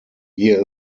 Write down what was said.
here